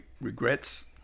Regrets